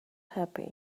happy